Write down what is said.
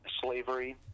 slavery